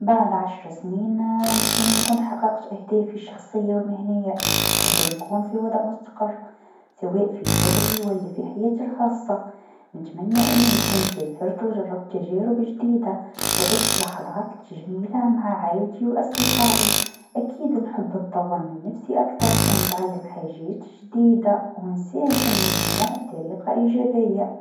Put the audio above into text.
بعد عشر سنين نتمنى نكون حققت أهدافي الشخصيه و المهنيه، نحب نكون في وضع مستقر سواء في شغلي و لا في حياتي الخاصه، نتمنى أني نكون سافرت و جربت تجارب جديده و عشت لحظات جميله مع عايلتي و أصدقائي، أكيد نحب نطور من نفسي أكثر و نتعلم حاجات جديدة و نساهم في المجتمع بطريقه إيجابيه.